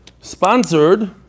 Sponsored